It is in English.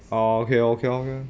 orh okay lor okay lor